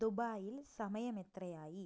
ദുബായിൽ സമയമെത്രയായി